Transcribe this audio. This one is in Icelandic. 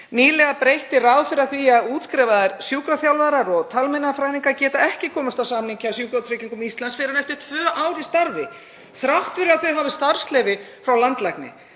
Nýlega breytti ráðherra því að útskrifaðir sjúkraþjálfarar og talmeinafræðingar geta ekki komist á samning hjá Sjúkratryggingum Íslands fyrr en eftir tvö ár í starfi þrátt fyrir að þau hafi starfsleyfi frá landlækni.